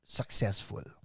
successful